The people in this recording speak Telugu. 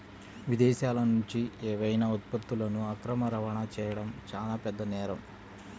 విదేశాలనుంచి ఏవైనా ఉత్పత్తులను అక్రమ రవాణా చెయ్యడం చానా పెద్ద నేరం